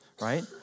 right